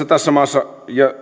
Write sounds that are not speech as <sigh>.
<unintelligible> tässä maassa